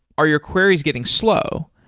are your queries getting slow?